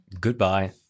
Goodbye